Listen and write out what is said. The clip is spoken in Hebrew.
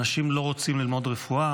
אנשים לא רוצים ללמוד רפואה?